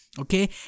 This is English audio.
Okay